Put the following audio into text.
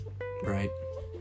right